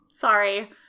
Sorry